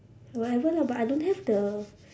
whatever lah but I don't have the